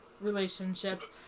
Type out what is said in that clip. relationships